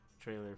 trailer